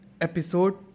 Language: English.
Episode